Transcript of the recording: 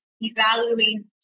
evaluating